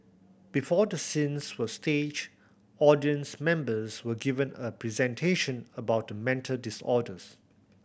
before the scenes were staged audience members were given a presentation about the mental disorders